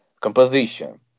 composition